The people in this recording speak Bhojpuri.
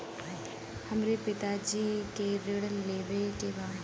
हमरे पिता जी के ऋण लेवे के बा?